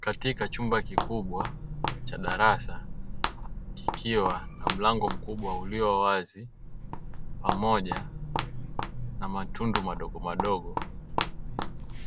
Katika chumba kikubwa cha darasa kikiwa na mlango mkubwa ulio wazi pamoja na matundu madogo madogo.